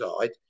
side